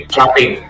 Shopping